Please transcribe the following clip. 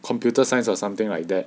computer science or something like that